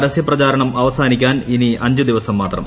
പരസ്യ പ്രചാരണം അവസ്മാനീക്കാൻ ഇനി അഞ്ച് ദിവസം മാത്രം